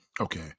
Okay